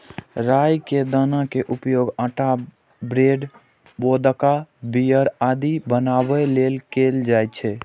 राइ के दाना के उपयोग आटा, ब्रेड, वोदका, बीयर आदि बनाबै लेल कैल जाइ छै